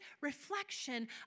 reflection